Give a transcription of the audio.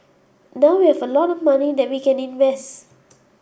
now we have a lot of money that we can invest